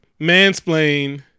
mansplain